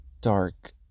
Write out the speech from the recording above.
dark